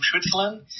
Switzerland